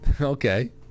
okay